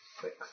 Six